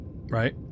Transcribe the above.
Right